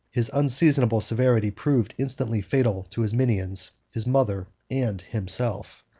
his unseasonable severity proved instantly fatal to his minions, his mother, and himself.